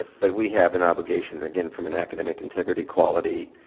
but we have an obligation again from an academic integrity quality,